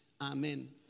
Amen